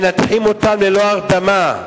מנתחים אותם ללא הרדמה,